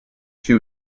she